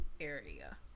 area